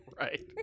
Right